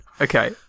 Okay